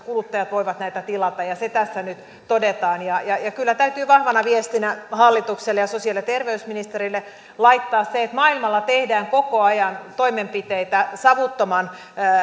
kuluttajat voivat näitä tilata ja se tässä nyt todetaan kyllä täytyy vahvana viestinä hallitukselle ja sosiaali ja terveysministerille laittaa se että maailmalla tehdään koko ajan toimenpiteitä savuttoman